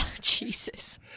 Jesus